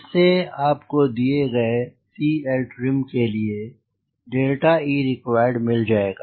इससे आपको दिए गए CLtrim के लिएereqd मिल जायेगा